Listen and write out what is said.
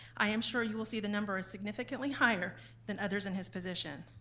i am sure you will see the number is significantly higher than others in his position.